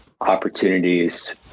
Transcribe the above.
opportunities